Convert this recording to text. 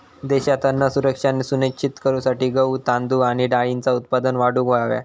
देशात अन्न सुरक्षा सुनिश्चित करूसाठी गहू, तांदूळ आणि डाळींचा उत्पादन वाढवूक हव्या